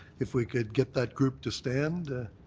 if we could get that group to stand.